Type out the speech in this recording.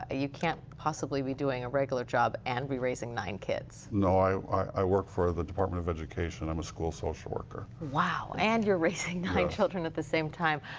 ah you can't possibly be doing a regular job and be raising nine kids. no. i work for the department of education. i'm a school social worker. yunji wow. and you're raising nine children at the same time.